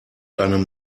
einem